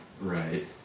Right